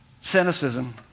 Cynicism